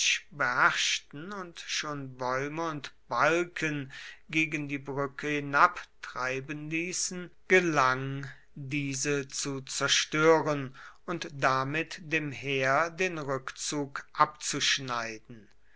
beherrschten und schon bäume und balken gegen die brücke hinabtreiben ließen gelang diese zu zerstören und damit dem heer den rückzug abzuschneiden